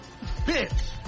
bitch